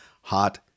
hot